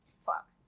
fuck